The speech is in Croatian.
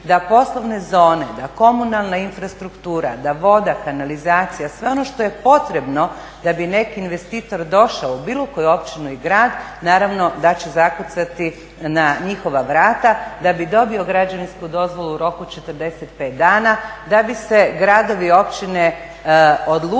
da poslovne zone, da komunalna infrastruktura, da voda, kanalizacija, sve ono što je potrebno da bi neki investitor došao u bilo koju općinu i grad, naravno da će zakucati na njihova vrata da bi dobio građevinsku dozvolu u roku od 45 dana, da bi se gradovi, općine odlučile